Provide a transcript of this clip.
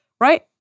right